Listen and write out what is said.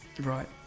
right